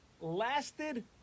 lasted